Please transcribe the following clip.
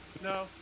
No